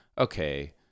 okay